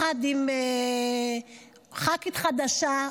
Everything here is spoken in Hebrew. עם ח"כית חדשה,